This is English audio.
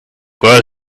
girl